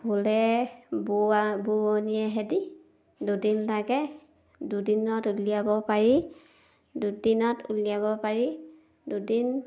ফুলে বোৱা বোৱনীয়ে সৈতে দুদিন লাগে দুদিনত উলিয়াব পাৰি দুদিনত উলিয়াব পাৰি দুদিন